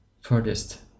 furthest